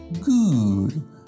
Good